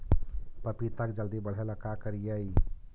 पपिता के जल्दी बढ़े ल का करिअई?